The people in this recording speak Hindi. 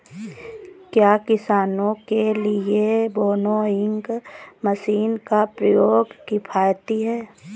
क्या किसानों के लिए विनोइंग मशीन का प्रयोग किफायती है?